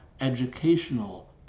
educational